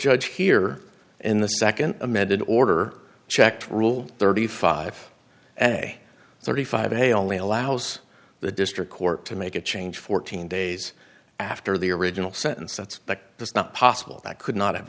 judge here in the second amended order checked rule thirty five and a thirty five day only allows the district court to make a change fourteen days after the original sentence that's but that's not possible that could not have